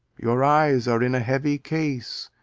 your eyes are in a heavy case,